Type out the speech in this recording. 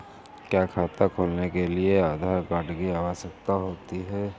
क्या खाता खोलने के लिए आधार कार्ड की आवश्यकता होती है?